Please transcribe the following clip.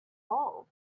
all